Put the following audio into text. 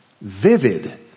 vivid